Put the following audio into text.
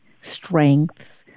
strengths